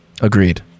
Agreed